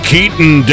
Keaton